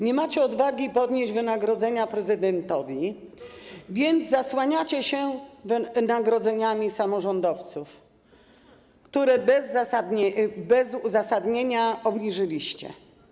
Nie macie odwagi podnieść wynagrodzenia prezydentowi, więc zasłaniacie się wynagrodzeniami samorządowców, które bez uzasadnienia obniżyliście.